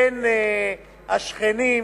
פן השכנים